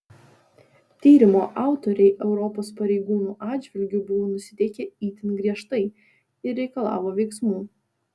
tyrimo autoriai europos pareigūnų atžvilgiu buvo nusiteikę itin griežtai ir reikalavo veiksmų